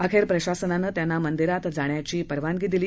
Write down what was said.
अखेर प्रशासनानं त्यांना मंदिरात जाण्याची परवानगी दिली